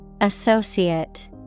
Associate